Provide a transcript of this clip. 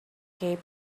cape